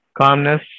calmness